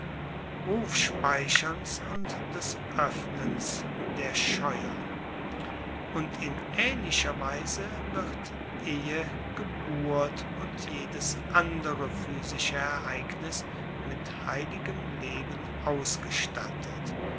rufspeicherns und des oeffnens der scheuer und in aehnlicher weise wird ehe geburt und jedes andere physische ereignis mit heiligem leben ausgestattet